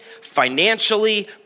financially